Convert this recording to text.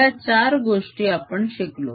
या चार गोष्टी आपण शिकलो